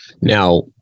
Now